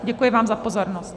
Děkuji vám za pozornost.